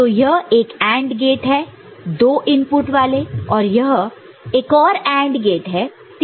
तो यह एक AND गेट दो इनपुट वाले और यह एक और AND गेट तीन इनपुट वाले